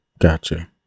Gotcha